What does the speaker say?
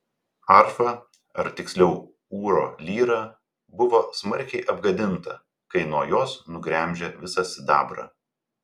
arfa ar tiksliau ūro lyra buvo smarkiai apgadinta kai nuo jos nugremžė visą sidabrą